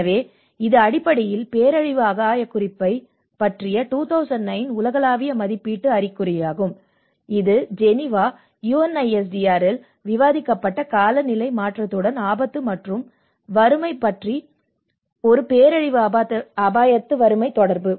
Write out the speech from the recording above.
எனவே இது அடிப்படையில் பேரழிவு அபாயக் குறைப்பு பற்றிய 2009 உலகளாவிய மதிப்பீட்டு அறிக்கையாகும் இது ஜெனீவா UNISDRல் விவாதிக்கப்பட்ட காலநிலை மாற்றத்துடன் ஆபத்து மற்றும் வறுமை மற்றும் இது ஒரு பேரழிவு ஆபத்து வறுமை தொடர்பு